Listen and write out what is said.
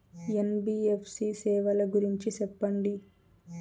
NBFC సేవల గురించి సెప్పండి?